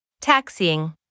Taxiing